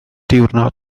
diwrnod